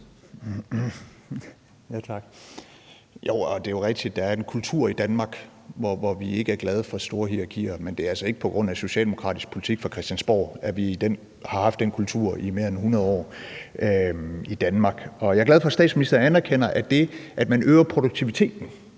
Det er jo rigtigt, at der er en kultur i Danmark, hvor vi ikke er glade for store hierarkier, men det er altså ikke på grund af socialdemokratisk politik fra Christiansborg, at vi har haft den kultur i mere end 100 år i Danmark. Jeg er glad for, at statsministren anerkender, at det, at man øger produktivitet,